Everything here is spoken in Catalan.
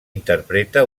interpreta